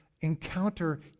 encounter